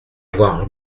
avoir